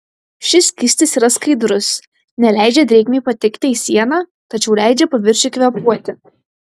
šis skystis yra skaidrus neleidžia drėgmei patekti į sieną tačiau leidžia paviršiui kvėpuoti